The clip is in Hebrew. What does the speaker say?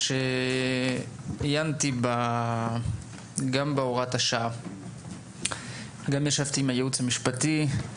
עיינתי בהוראת השעה, וישבתי גם עם היועץ המשפטי,